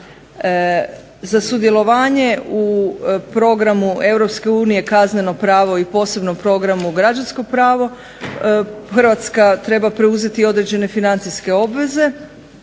Za sudjelovanje u Programu EU Kazneno pravo i posebnom Programu Građansko pravo Hrvatska treba preuzeti određene financijske obveze.